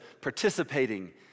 participating